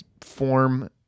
form